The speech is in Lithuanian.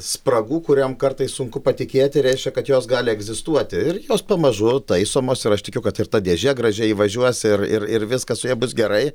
spragų kuriom kartais sunku patikėti reiškia kad jos gali egzistuoti ir jos pamažu taisomos ir aš tikiu kad ir ta dėžė gražiai įvažiuos ir ir ir viskas su ja bus gerai